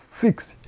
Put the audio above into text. fixed